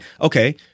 okay